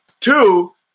Two